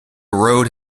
road